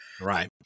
Right